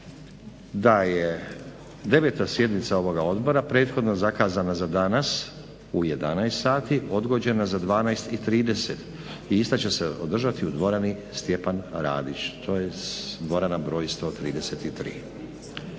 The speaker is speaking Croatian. da je 9. sjednica ovoga odbora prethodno zakazana za danas u 11,00 sati odgođena za 12,30 i ista će se održati u dvorani Stjepan Radić. To je dvorana broj 133.